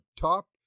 top